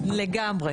לגמרי.